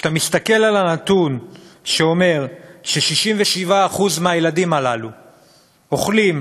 כשאתה מסתכל על הנתון שאומר ש-67% מהילדים הללו אוכלים,